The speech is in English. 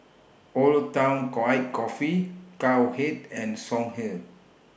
Old Town White Coffee Cowhead and Songhe